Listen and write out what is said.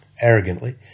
arrogantly